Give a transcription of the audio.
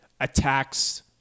attacks